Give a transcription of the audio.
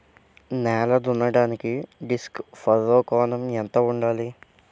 నేల దున్నడానికి disc furrow కోణం ఎంత ఉండాలి?